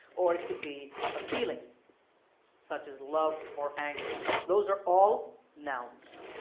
or it could be a feeling such as love or anger those are all nouns.